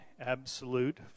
absolute